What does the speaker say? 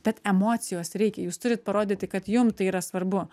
bet emocijos reikia jūs turit parodyti kad jum tai yra svarbu